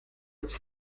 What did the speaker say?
its